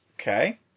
Okay